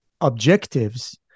objectives